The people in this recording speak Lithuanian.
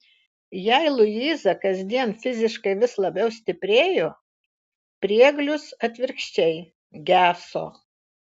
jei luiza kasdien fiziškai vis labiau stiprėjo prieglius atvirkščiai geso